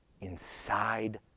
inside